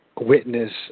witness